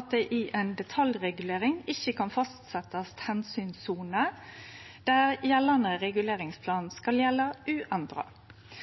at det i ei detaljregulering ikkje kan fastsetjast omsynssone der gjeldande reguleringsplan skal gjelde uendra.